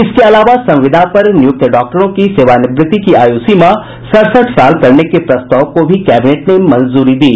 इसके अलावा संविदा पर नियुक्त डॉक्टरों की सेवानिवृति की आयु सीमा सड़सठ साल करने के प्रस्ताव को भी कैबिनेट ने मंजूरी दी